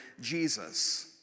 Jesus